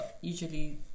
usually